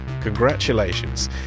Congratulations